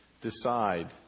decide